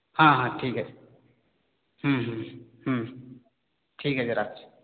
হ্যাঁ হ্যাঁ ঠিক আছে ঠিক আছে রাখছি